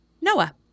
noah